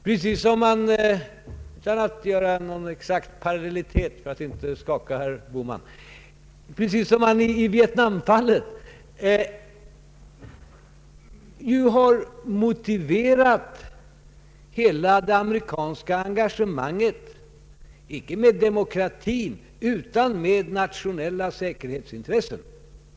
För att inte skaka herr Bohman skall jag inte påstå att det föreligger någon exakt parallellitet, men i Vietnamfallet har hela det amerikanska engagemanget motiverats icke med intresse för demokratin utan med nationella säkerhetsintressen.